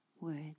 words